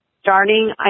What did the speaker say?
starting